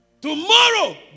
Tomorrow